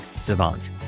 Savant